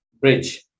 Bridge